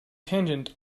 tangent